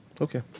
Okay